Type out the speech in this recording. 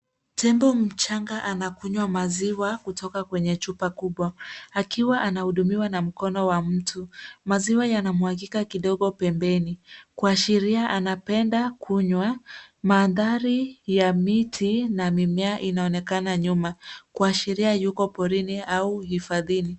Tembo mchanga anakunywa maziwa kutoka kwenye chupa kubwa . Akiwa anahudumiwa na mkono wa mtu, maziwa yanamwagika kidogo pembeni. Kuashiria anapenda kunywa. Mandhari ya miti na mimea inaonekana nyuma kuashiria yuko porini au hifathini.